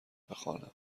بخوانم